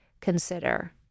consider